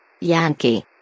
Yankee